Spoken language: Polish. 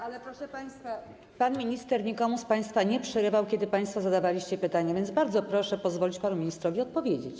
Ale, proszę państwa, pan minister nikomu z państwa nie przerywał, kiedy państwo zadawaliście pytania, więc bardzo proszę pozwolić panu ministrowi odpowiedzieć.